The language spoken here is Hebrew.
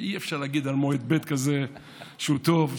אי-אפשר להגיד על מועד ב' כזה שהוא טוב,